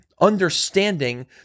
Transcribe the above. understanding